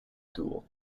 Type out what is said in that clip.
duel